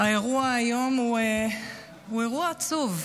האירוע היום הוא אירוע עצוב.